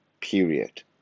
Period